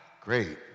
great